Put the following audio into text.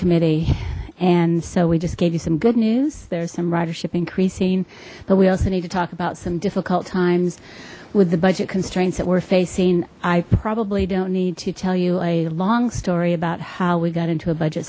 committee and so we just gave you some good news there's some ridership increasing but we also need to talk about some difficult times with the budget constraints that we're facing i probably don't need to tell you a long story about how we got into a budget